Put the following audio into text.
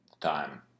time